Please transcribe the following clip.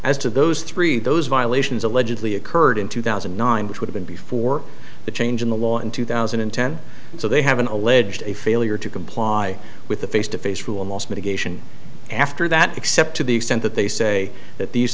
as to those three those violations allegedly occurred in two thousand and nine which would have been before the change in the law in two thousand and ten so they have an alleged a failure to comply with a face to face for a loss mitigation after that except to the extent that they say that these